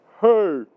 Hey